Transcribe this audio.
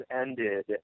ended